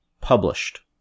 published